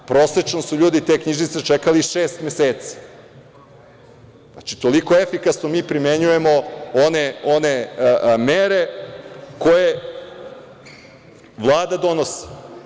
Prosečno su ljudi te knjižice čekali šest meseci. znači, toliko efikasno mi primenjujemo one mere koje Vlada donosi.